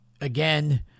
again